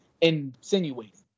insinuating